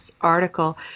article